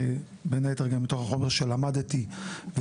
בין היתר גם מתוך החומר שלמדתי ומפגישות